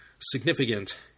significant